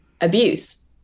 abuse